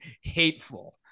hateful